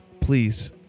please